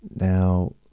Now